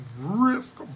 risk